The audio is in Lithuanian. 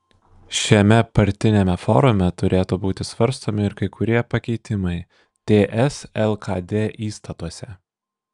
šiame partiniame forume turėtų būti svarstomi ir kai kurie pakeitimai ts lkd įstatuose